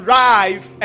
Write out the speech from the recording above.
rise